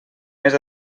més